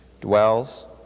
dwells